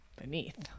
beneath